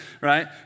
right